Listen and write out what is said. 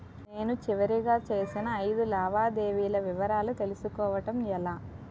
నేను చివరిగా చేసిన ఐదు లావాదేవీల వివరాలు తెలుసుకోవటం ఎలా?